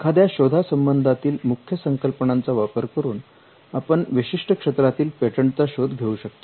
एखाद्या शोधासंबंधा तील मुख्य संकल्पनांचा वापर करून आपण विशिष्ट क्षेत्रातील पेटंटचा शोध घेऊ शकतो